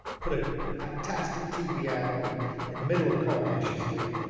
put a fantastic tv ad on in the middle of coronation street,